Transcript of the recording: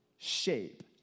shape